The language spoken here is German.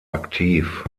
aktiv